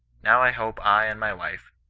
now i hope i and my wife,